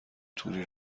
توری